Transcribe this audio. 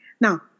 Now